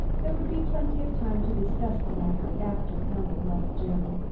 there would be plenty of time to discuss the matter after helen left jim.